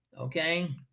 Okay